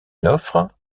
l’offre